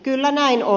kyllä näin on